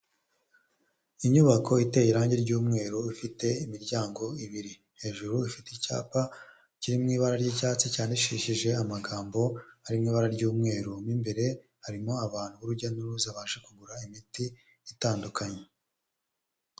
Inyubako iteye irangi ry'umweru ifite imiryango ibiri, hejuru ifite icyapa kiri mu ibara ry'icyatsi cyandikishije amagambo ari mu ibara ry'umweru, mo imbere harimo abantu urujya n'uruza baje kugura imiti itandukanye.